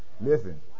Listen